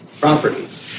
properties